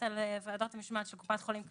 על ועדת משמעת של קופת חולים כללית,